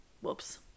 whoops